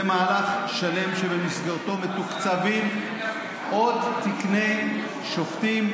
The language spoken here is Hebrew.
זה מהלך שלם שבמסגרתו מתוקצבים עוד תקני שופטים,